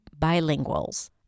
bilinguals